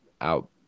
out